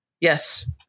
yes